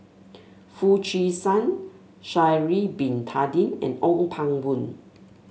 Foo Chee San Sha'ari Bin Tadin and Ong Pang Boon